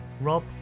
Rob